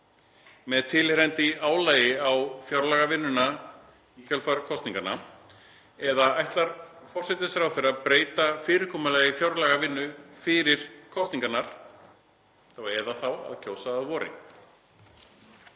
með tilheyrandi álagi á fjárlagavinnuna í kjölfar kosninganna eða ætlar forsætisráðherra að breyta fyrirkomulagi fjárlagavinnu fyrir kosningarnar, nú eða þá að kjósa að vori?